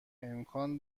امکان